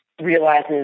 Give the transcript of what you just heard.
realizes